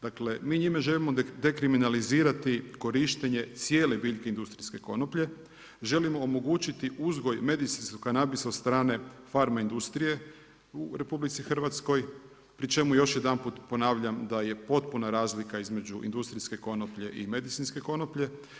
Dakle, mi njime želimo dekriminalizirati korištenje cijele biljke industrijske konoplje, želimo omogućiti uzgoj medicinskog kanabisa od strane farma industrije u Republici Hrvatskoj, pri čemu još jedanput ponavljam da je potpuna razlika između industrijske konoplje i medicinske konoplje.